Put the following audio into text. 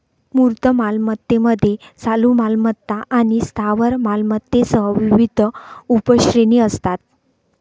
मूर्त मालमत्तेमध्ये चालू मालमत्ता आणि स्थावर मालमत्तेसह विविध उपश्रेणी असतात